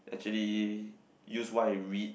actually use what I read